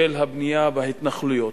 של הבנייה בהתנחלויות.